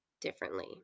differently